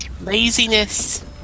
Laziness